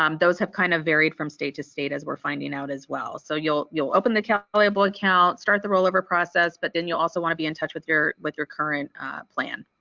um those have kind of varied from state to state as we're finding out as well so you'll you'll open the calable account start the rollover process but then you'll also want to be in touch with your with your current plan.